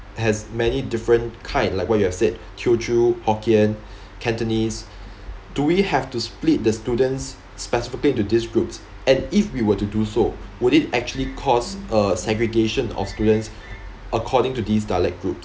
has many different kind like what you have said teochew hokkien cantonese do we have to split the students specifically into these groups and if we were to do so would it actually cause uh segregation of students according to these dialect groups